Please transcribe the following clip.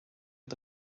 are